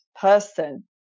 person